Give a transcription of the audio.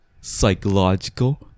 psychological